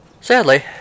Sadly